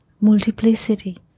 multiplicity